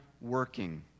working